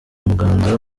muganda